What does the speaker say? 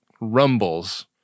rumbles